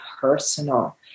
personal